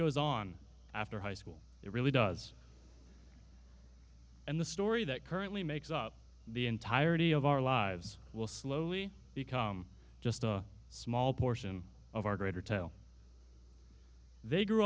goes on after high school it really does and the story that currently makes up the entirety of our lives will slowly become just a small portion of our greater tell they grew